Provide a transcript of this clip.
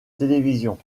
télévision